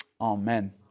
Amen